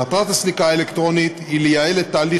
מטרת הסליקה האלקטרונית היא לייעל את תהליך